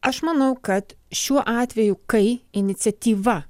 aš manau kad šiuo atveju kai iniciatyva